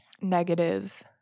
negative